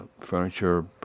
furniture